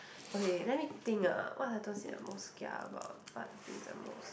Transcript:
okay let me think ah what are those that I most kia about what are things I'm most